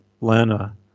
Lana